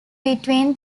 between